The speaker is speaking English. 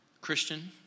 Christian